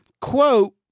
Quote